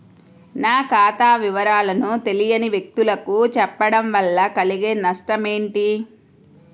నా ఖాతా వివరాలను తెలియని వ్యక్తులకు చెప్పడం వల్ల కలిగే నష్టమేంటి?